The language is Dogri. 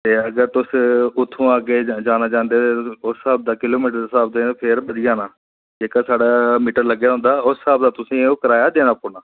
ते अगर तुस उत्थूं अग्गै जाना चांहदे ते तुसें गी किलेमिटर स्हाब दा फेयर बधी जाना जेह्का साढा मीटर लग्गे दा होंदा ऐ उस स्हाब दा तुसें गी कराया देना पौना